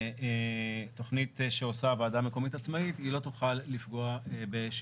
(2)הוועדה המקומית לא תפקיע מקרקעין המיועדים